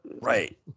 Right